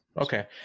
Okay